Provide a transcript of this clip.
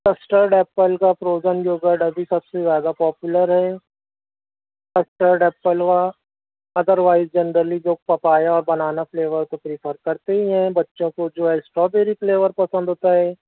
custard apple کا frozen yogurt ابھی سب سے زیادہ پاپولر ہے کسٹرڈ ایپل وہ ادر وائیز جرنلی جو پپایا اور بنانا فلیور تو پریفر کرتے ہی ہیں بچوں کو جو ہے اسرٹو بیری فلیور پسند ہوتا ہے